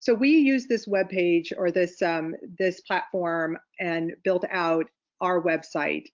so we use this web page or this um this platform and build out our website